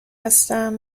هستم